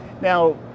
Now